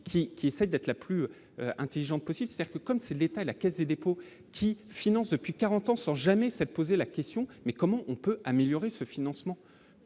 qui essaye d'être la plus intelligente possible certes, comme c'est l'État et la Caisse des dépôts, qui finance depuis 40 ans, sans jamais s'être posé la question mais comment on peut améliorer ce financement